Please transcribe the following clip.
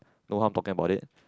no harm talking about it